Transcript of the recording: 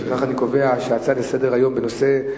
אני קובע שההצעה לסדר-היום בנושא,